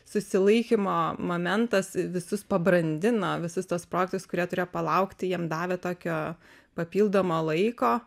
susilaikymo momentas visus pabrandino visus tuos projektus kurie turėjo palaukti jiem davė tokio papildomo laiko